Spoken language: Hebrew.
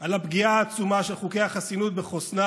על הפגיעה העצומה של חוקי החסינות בחוסנה